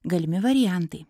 galimi variantai